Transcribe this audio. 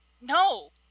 no